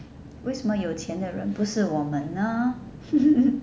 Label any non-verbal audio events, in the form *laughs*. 为什么有钱的人不是我们呢 *laughs*